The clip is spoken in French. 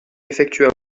effectua